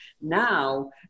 Now